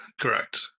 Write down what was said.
correct